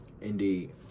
indeed